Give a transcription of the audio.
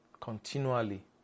continually